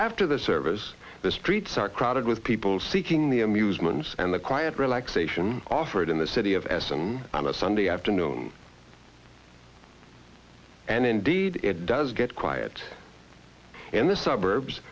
after the service the streets are crowded with people seeking the amusements and the quiet relaxation offered in the city of essen on a sunday afternoon and indeed it does get quiet in the suburbs